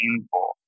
painful